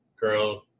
girl